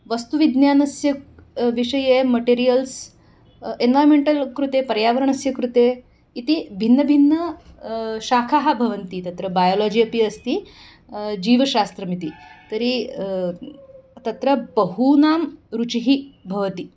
वस्तुविज्ञानस्य विषये materials environmental कृते पर्यावरणस्य कृते इति भिन्नभिन्न शाखाः भवन्ति तत्र बायोलजि अपि अस्ति जीवशास्त्रमिति तर्हि तत्र बहूनां रुचिः भवति